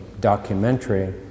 documentary